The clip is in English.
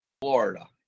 Florida